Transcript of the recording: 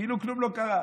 כאילו כלום לא קרה.